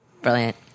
Brilliant